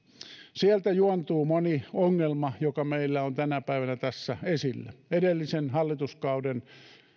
sieltä juontuu moni ongelma joka meillä on tänä päivänä tässä esillä edellisen hallituskauden